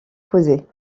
posée